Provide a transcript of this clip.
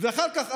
ואחר כך,